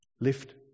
Lift